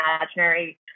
imaginary